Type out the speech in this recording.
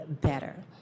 better